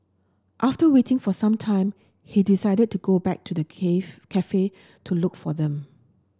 after waiting for some time he decided to go back to the cave cafe to look for them